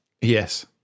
Yes